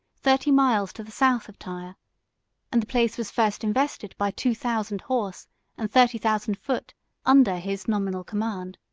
thirty miles to the south of tyre and the place was first invested by two thousand horse and thirty thousand foot under his nominal command.